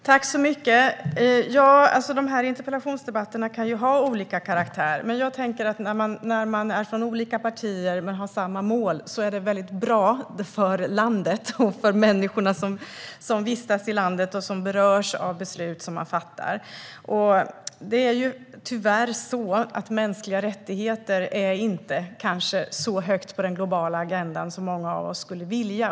Herr talman! Interpellationsdebatterna kan ju ha olika karaktär. Att vi företräder olika partier men har samma mål är bra för människorna som vistas i det här landet och som berörs av beslut som vi fattar. Tyvärr står inte mänskliga rättigheter så högt på den globala agendan som många av oss skulle vilja.